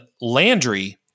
Landry